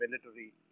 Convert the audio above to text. military